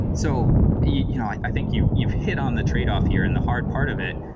so you know i think you've you've hit on the trade-off here and the hard part of it.